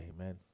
Amen